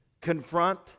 confront